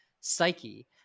psyche